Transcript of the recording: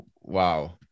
wow